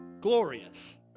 glorious